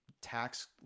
Tax